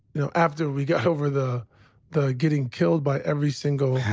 you know, after we got over the the getting killed by every single, yeah